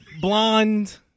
blonde